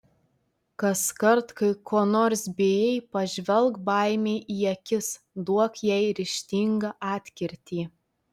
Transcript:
kaskart kai ko nors bijai pažvelk baimei į akis duok jai ryžtingą atkirtį